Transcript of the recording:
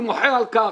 אני מוחה על כך,